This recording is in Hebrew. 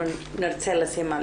נרצה לשים על השולחן.